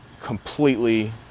completely